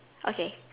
okay